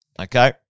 okay